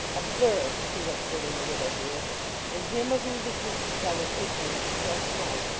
observe, he whispered in the widow's ear in him, of whose existence i was ignorant until to-night,